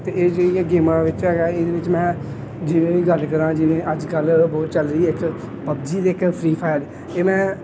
ਅਤੇ ਇਹ ਜਿਹੜੀਆਂ ਗੇਮਾਂ ਵਿੱਚ ਹੈਗਾ ਇਹਦੇ ਵਿੱਚ ਮੈਂ ਜਿਵੇਂ ਕਿ ਗੱਲ ਕਰਾਂ ਜਿਵੇਂ ਅੱਜ ਕੱਲ੍ਹ ਬਹੁਤ ਚੱਲ ਰਹੀ ਇੱਕ ਪਬਜੀ ਅਤੇ ਇੱਕ ਫਰੀ ਫਾਇਰ ਇਹ ਮੈਂ